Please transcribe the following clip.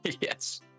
Yes